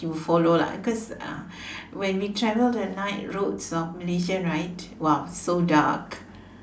he will follow lah cause uh when we travel the night roads of Malaysia right !wow! so dark